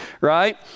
right